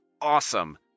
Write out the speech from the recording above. Awesome